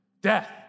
Death